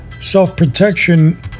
Self-protection